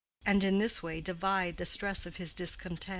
and in this way divide the stress of his discontent.